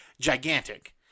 gigantic